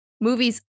movies